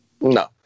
No